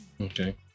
Okay